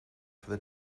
for